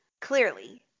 Clearly